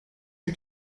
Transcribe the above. are